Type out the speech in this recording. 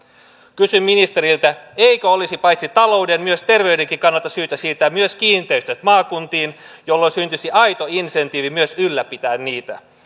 kysyn ministeriltä eikö olisi paitsi talouden myös terveyden kannalta syytä siirtää myös kiinteistöt maakuntiin jolloin syntyisi aito insentiivi myös ylläpitää niitä